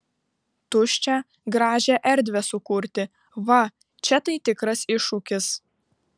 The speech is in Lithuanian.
tuščią gražią erdvę sukurti va čia tai tikras iššūkis